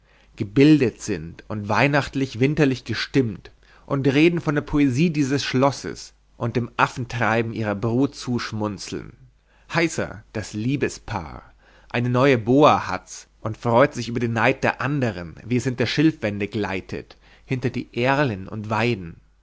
gebildet sind und weihnachtlich winterlich gestimmt und reden von der poesie deines schlosses und dem affentreiben ihrer brut zuschmunzeln heißa das liebespaar eine neue boa hat's und freut sich über den neid der andern wie es hinter die schilfwände gleitet hinter die erlen und weiden